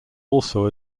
also